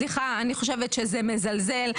סליחה, אני חושבת שזה מזלזל.